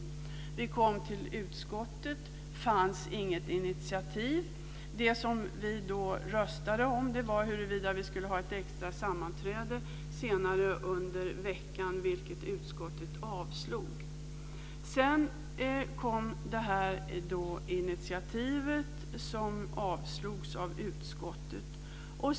Vi kom till utskottet. Det fanns inget initiativ. Det som vi då röstade om var huruvida vi skulle ha ett extra sammanträde senare under veckan, vilket utskottet avslog. Sedan kom initiativet, som avslogs av utskottet.